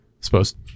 Supposed